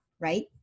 right